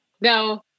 No